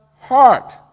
heart